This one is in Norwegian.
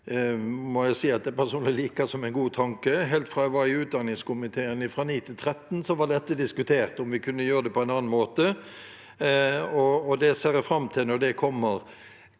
at jeg personlig synes er en god tanke. Helt fra jeg var i utdanningskomiteen, fra 2009 til 2013, var dette diskutert, om vi kunne gjøre det på en annen måte, og det ser jeg fram til når det kommer.